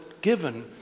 given